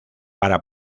para